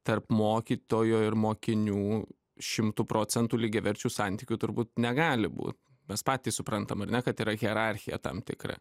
tarp mokytojo ir mokinių šimtu procentų lygiaverčių santykių turbūt negali būt mes patys suprantam ar ne kad yra hierarchija tam tikra